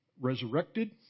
resurrected